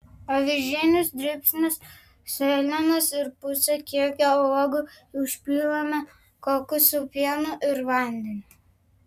avižinius dribsnius sėlenas ir pusę kiekio uogų užpilame kokosų pienu ir vandeniu